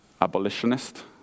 abolitionist